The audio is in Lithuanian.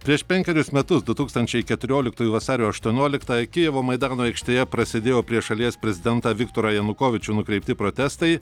prieš penkerius metus du tūkstančiai keturioliktųjų vasario aštuonioliktą kijevo maidano aikštėje prasidėjo prieš šalies prezidentą viktorą janukovyčių nukreipti protestai